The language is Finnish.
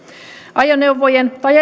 ajoneuvojen tai